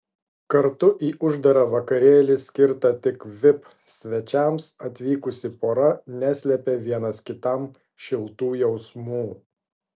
kartu į uždarą vakarėlį skirtą tik vip svečiams atvykusi pora neslėpė vienas kitam šiltų jausmų